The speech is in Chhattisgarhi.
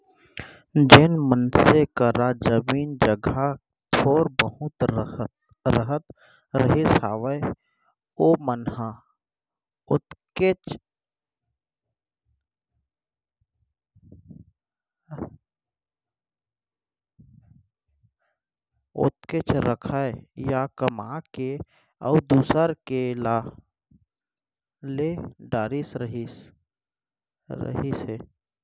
जेन मनसे करा जमीन जघा थोर बहुत रहत रहिस हावय ओमन ह ओतकेच रखय या कमा के अउ दूसर के ला ले डरत रहिस हे